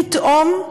פתאום,